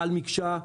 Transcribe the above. בעל מקשה,